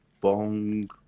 bong